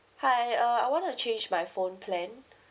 hi uh I want to change my phone plan